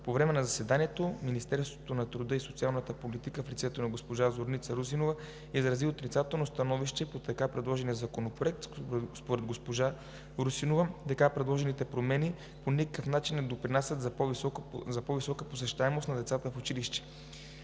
По време на заседанието Министерството на труда и социалната политика, в лицето на госпожа Зорница Русинова, изрази отрицателно становище по така предложения законопроект. Според госпожа Русинова така предложените промени по никакъв начин не допринасят за по-високата посещаемост на деца в училище.